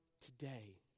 today